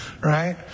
right